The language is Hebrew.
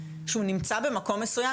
שהוא נמצא במקום מסוים,